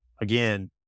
again